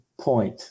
point